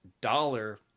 dollar